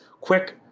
quick